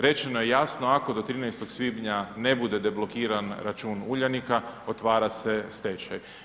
Rečeno je jasno ako do 13. svibnja ne bude deblokiran račun Uljanika otvara se stečaj.